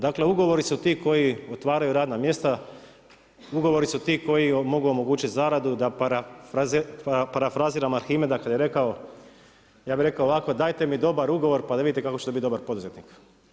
Dakle ugovori su ti koji otvaraju radna mjesta, ugovori su ti koji mogu omogućiti zaradu da parafraziram Arhimeda kada je rekao, ja bi rekao ovako, dajte mi dobar ugovor pa da vidite kako će to biti dobar poduzetnik.